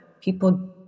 people